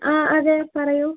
ആ അതെ പറയൂ